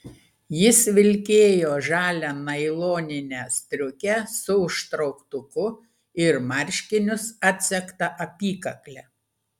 jis vilkėjo žalią nailoninę striukę su užtrauktuku ir marškinius atsegta apykakle